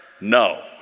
No